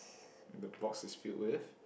the box is filled with